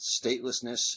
Statelessness